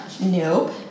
nope